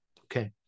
okay